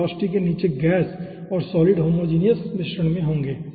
इस वेलोसिटी के नीचे गैस और सॉलिड होमोजिनियस मिश्रण में होंगे